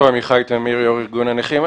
יושב ראש ארגון הנכים.